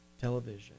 television